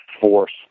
force